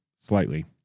slightly